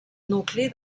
nucli